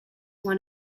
one